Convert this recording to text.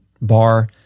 bar